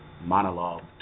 monologue